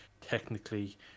technically